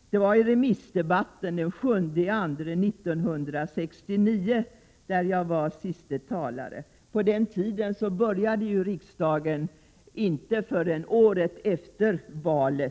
jungfrutal. Det var i samband med remissdebatten den 7 februari 1969, där jag var anmäld som sista talare. På den tiden samlades riksdagen inte förrän året efter ett val.